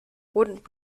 wouldn’t